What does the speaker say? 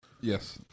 Yes